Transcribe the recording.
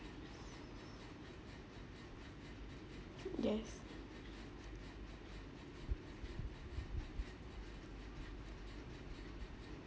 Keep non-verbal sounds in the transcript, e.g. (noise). yes (noise)